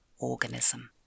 organism